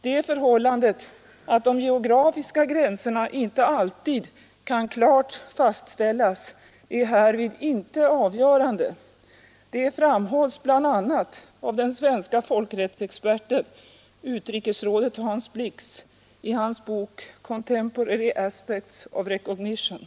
Det förhållandet att de 6 december 1972 geografiska gränserna inte alltid kan klart fastställas är härvid inte avgörande. Det framhålls bl.a. av den svenska folkrättsexperten, utrikese :” rådet Hans Blix i hans bok ”Contemporary Aspects of Recognition”.